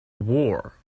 war